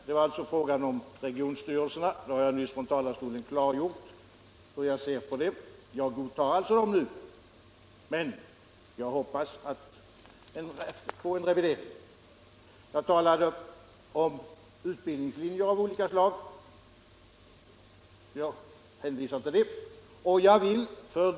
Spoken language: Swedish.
Det gällde regionstyrelserna, och jag har nyss från talarstolen klargjort hur jag ser på dem. Jag godtar dem alltså, men jag hoppas på en revidering. För det andra talade jag om utbildningslinjer av olika slag, och jag hänvisar till vad jag tidigare har sagt därom.